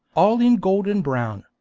all in golden brown,